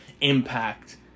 impact